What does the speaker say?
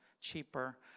cheaper